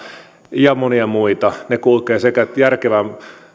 ja monia muita ne kulkevat sekä järkevän